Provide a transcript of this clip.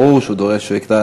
ברור שהוא דורש שיהיה של הכלל,